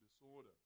disorder